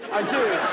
i do.